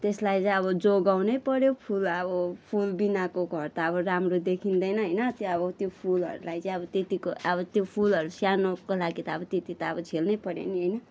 त्यसलाई चाहिँ अब जोगाउनै पऱ्यो फुल अब फुलबिनाको घर त अब राम्रो देखिँदैन होइन त्यो अब फुलहरूलाई चाहिँ त्यो अब त्यतिको अब त्यो फुलहरू स्याहार्नुको लागि त त्यति त अब झेल्नै पऱ्यो नि होइन